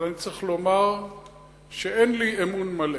אבל אני צריך לומר שאין לי אמון מלא.